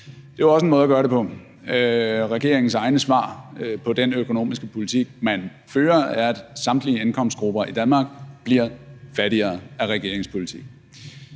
Det er jo også en måde at gøre det på. Regeringens egne svar på den økonomiske politik, man fører, er, at samtlige indkomstgrupper i Danmark bliver fattigere af regeringens politik.